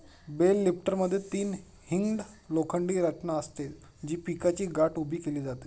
bell लिफ्टरमध्ये तीन hinged लोखंडी रचना असते, जी पिकाची गाठ उभी केली जाते